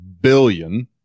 billion